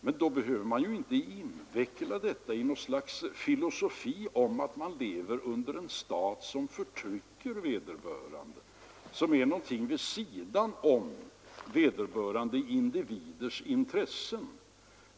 Men då behöver man inte inveckla detta i något slags filosofi om en stat som förtrycker vederbörande, som är någonting vid sidan av dessa individers intressen.